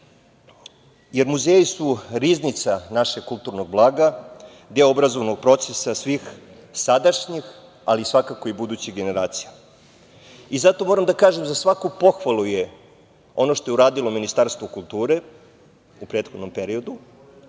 Muzeji su riznica našeg kulturnog blaga, deo obrazovnog procesa svih sadašnjih, ali svakako i budućih generacija. Iz tog razloga, moram da kažem, za svaku pohvalu je ono što je uradilo Ministarstvo kulture, u prethodnom periodu.